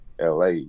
LA